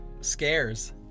scares